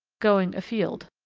going afield.